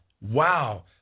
Wow